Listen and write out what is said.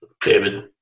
David